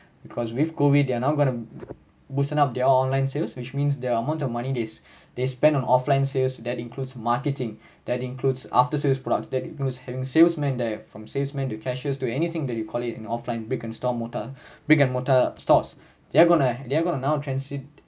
because with COVID they're now gonna boosting up their online sales which means their amount of money they they spend on offline sales that includes marketing that includes after sales product that include having salesman there from salesmen to cashiers to anything that you call it an offline brick and store mortar brick and mortar stores they're gonna they're gonna now transit